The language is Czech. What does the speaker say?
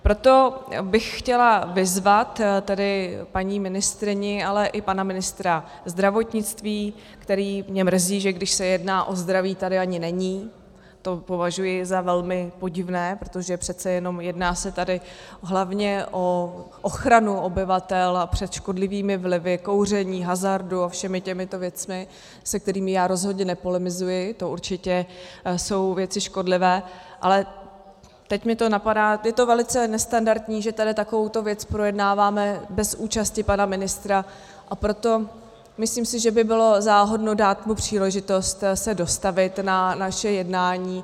Proto bych chtěla vyzvat tedy paní ministryni, ale i pana ministra zdravotnictví, který mě mrzí, že když se jedná o zdraví, tady ani není, to považuji za velmi podivné, protože přece jenom jedná se tady hlavně o ochranu obyvatel před škodlivými vlivy kouření, hazardu a všemi těmito věcmi, se kterými já rozhodně nepolemizuji, to určitě jsou věci škodlivé, ale teď mě to napadá, je to velice nestandardní, že tady takovouto věc projednáváme bez účasti pana ministra, a proto si myslím, že by bylo záhodno dát mu příležitost se dostavit na naše jednání.